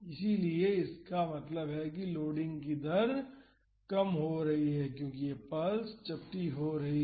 इसलिए इसका मतलब है कि लोडिंग की दर कम हो रही है क्योंकि यह पल्स चपटी हो रही है